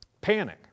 Panic